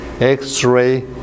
X-ray